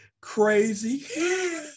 crazy